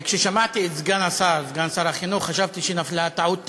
כששמעתי את סגן שר החינוך חשבתי שנפלה טעות טכנית.